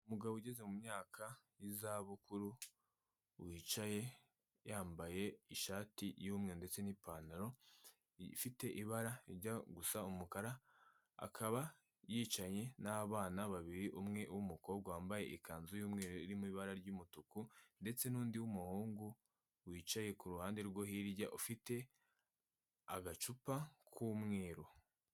Umugabo ugeze mu myaka y'izabukuru, wicaye yambaye ishati y'umweru ndetse n'ipantaro ifite ibara rijya gusa umukara, akaba yicaye n'abana babiri umwe w'umukobwa wambaye ikanzu y'umweru irimo ibara ry'umutuku ndetse n'undi muhungu wicaye ku ruhande rwe hirya ufite agacupa k'umweru.